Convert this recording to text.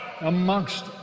amongst